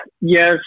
yes